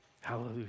Hallelujah